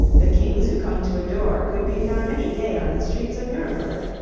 the kings who come to adore could be found any day on the streets of nuremberg.